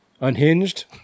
unhinged